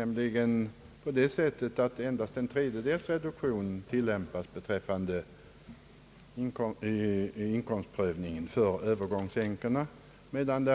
Man tillämpar endast en tredjedels reduktion beträffande inkomst för Öövergångsänkorna, medan